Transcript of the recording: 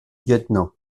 lieutenant